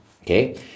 okay